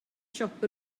siop